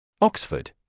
Oxford